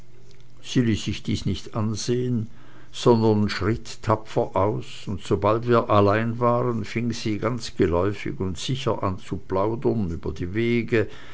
ließ sich dies nicht ansehen sondern schritt tapfer aus und sobald wir allein waren fing sie ganz geläufig und sicher an zu plaudern über die wege